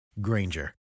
Granger